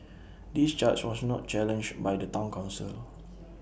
this charge was not challenged by the Town Council